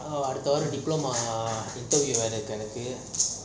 அடுத்த வாரம்:adutha vaaram diploma interview வேற இருக்கு:vera iruku